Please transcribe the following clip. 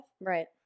Right